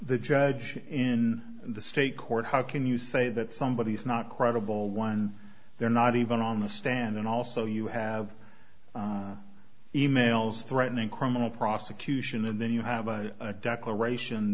the judge in the state court how can you say that somebody is not credible one there not even on the stand and also you have e mails threatening criminal prosecution and then you have a declaration